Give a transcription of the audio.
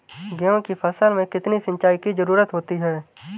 गेहूँ की फसल में कितनी सिंचाई की जरूरत होती है?